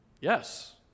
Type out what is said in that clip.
Yes